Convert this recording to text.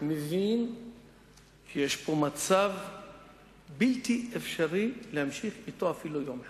מבין שיש פה מצב שאי-אפשר להמשיך בו אפילו יום אחד.